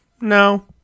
No